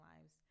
lives